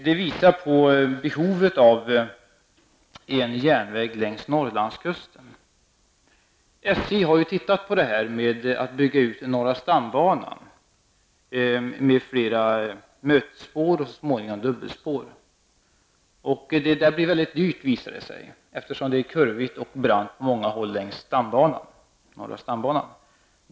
Det visar på behovet av en järnväg längs SJ har tittat på förslaget att bygga ut norra stambanan med flera mötesspår och så småningom dubbelspår. Det visar sig bli mycket dyrt, eftersom det är kurvigt och brant på många håll längs norra stambanan.